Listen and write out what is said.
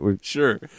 Sure